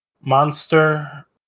monster